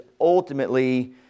ultimately